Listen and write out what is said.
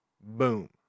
boom